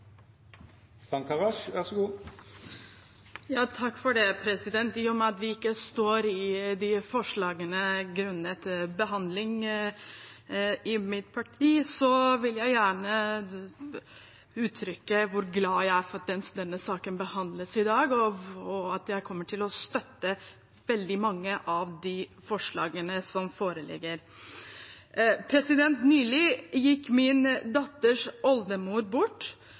med i disse forslagene, grunnet behandlingen i mitt parti, vil jeg gjerne uttrykke hvor glad jeg er for at denne saken behandles i dag, og vi kommer til å støtte veldig mange av de forslagene som foreligger. Nylig gikk min datters oldemor bort.